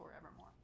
forevermore